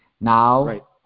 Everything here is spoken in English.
Now